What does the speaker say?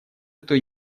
эту